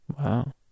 Wow